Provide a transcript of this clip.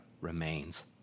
remains